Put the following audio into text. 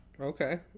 okay